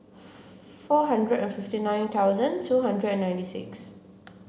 four hundred and fifty nine thousand two hundred and ninety six